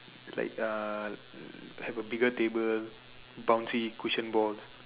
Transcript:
like uh have a bigger table bouncy cushion ball